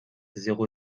zéro